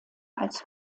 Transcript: als